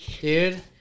Dude